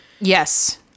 Yes